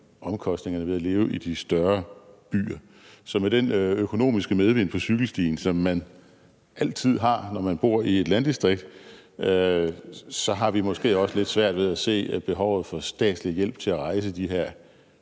omkostningerne ved at leve i de større byer. Så med den økonomiske medvind på cykelstien, som man altid har, når man bor i et landdistrikt, har vi måske også lidt svært ved at se behovet for statslig hjælp til at rejse de her